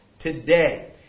Today